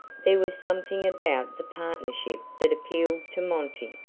there was something about the partnership that appealed to monty.